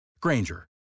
Granger